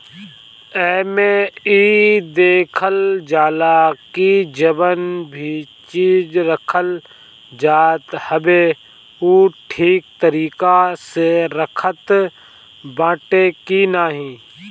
एमे इ देखल जाला की जवन भी चीज रखल जात हवे उ ठीक तरीका से रखात बाटे की नाही